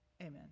Amen